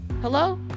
hello